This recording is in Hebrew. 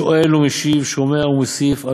שואל ומשיב שומע ומוסיף,